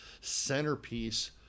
centerpiece